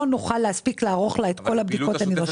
נוכל להספיק לערוך לה את כל הבדיקות הנדרשות.